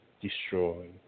destroy